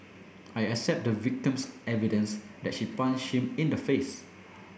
I accept the victim's evidence that she punched him in the face